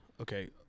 okay